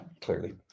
clearly